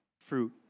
fruit